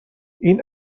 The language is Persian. این